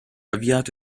avviato